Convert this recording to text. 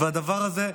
והדבר הזה,